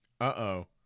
Uh-oh